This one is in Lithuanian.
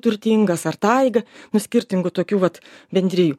turtingas ar taiga nu skirtingų tokių vat bendrijų